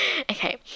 Okay